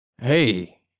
Hey